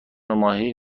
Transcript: ماهی